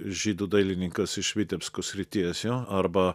žydų dailininkas iš vitebsko srities jo arba